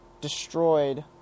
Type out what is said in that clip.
destroyed